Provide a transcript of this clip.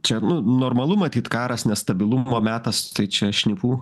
čia nu normalu matyt karas nestabilumo metas tai čia šnipų